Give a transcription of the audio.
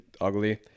ugly